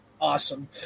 awesome